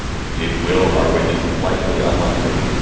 it will. are witnesses likely? unlikely